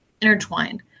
intertwined